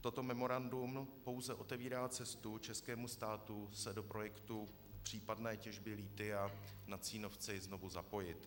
Toto memorandum pouze otevírá cestu českému státu se do projektu případné těžby lithia na Cínovci znovu zapojit.